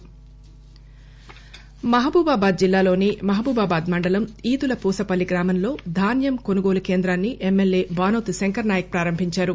ధాన్యం కొనుగోలు కేంద్రం మహబూబాబాద్ జిల్లాలోని మహబూబాబాద్ మండలం ఈదులపూసపల్లి గ్రామంలో ధాన్యం కొనుగోలు కేంద్రాన్సి ఎమ్మెల్యే బానోతు శంకర్ నాయక్ ప్రారంభించారు